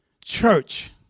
Church